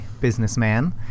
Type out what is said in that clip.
Businessman